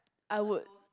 I would